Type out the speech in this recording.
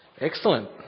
Excellent